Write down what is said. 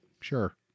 Sure